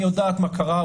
אני יודעת מה קרה,